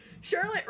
Charlotte